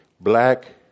black